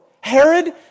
Herod